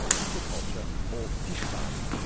aquaculture, or fish farming,